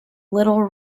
little